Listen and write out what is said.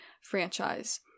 franchise